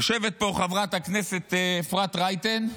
יושבת פה חברת הכנסת אפרת רייטן,